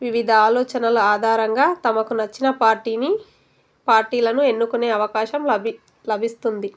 వివిధ ఆలోచనలు ఆధారంగా తమకు నచ్చిన పార్టీని పార్టీలను ఎన్నుకునే అవకాశం లభి లభిస్తుంది